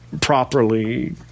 properly